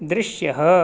दृश्यः